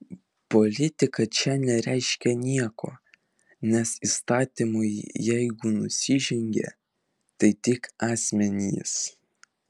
politika čia nereiškia nieko nes įstatymui jeigu nusižengė tai tik asmenys